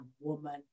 woman